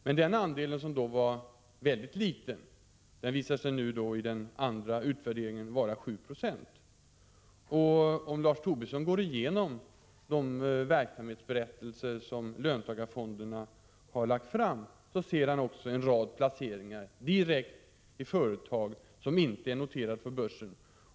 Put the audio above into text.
Men den andelen, som vid den första utvärderingen var mycket liten, visade sig vid en andra utvärdering vara 7 90. Om Lars Tobisson går igenom de verksamhetsberättelser som löntagarfonderna har lagt fram, kommer han att se att de gjort en rad placeringar direkt i företag som inte är noterade på börsen.